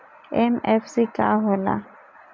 MFC का हो़ला?